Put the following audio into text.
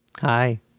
Hi